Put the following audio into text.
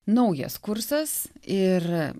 naujas kursas ir